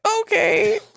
okay